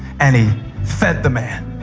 and he fed the man,